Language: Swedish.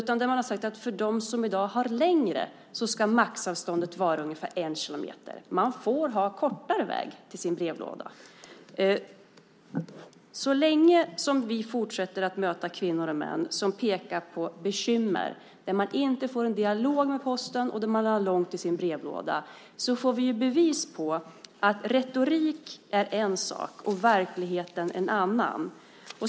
Man har sagt att för dem som i dag har längre avstånd ska maxavståndet vara ungefär en kilometer. Man får ha kortare väg till sin brevlåda! Så länge som vi fortsätter att möta kvinnor och män som pekar på bekymmer med att få en dialog med Posten och som har långt till sin brevlåda får vi bevis på att retorik är en sak och verkligheten en annan.